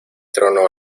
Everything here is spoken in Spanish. trono